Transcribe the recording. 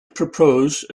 propose